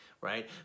Right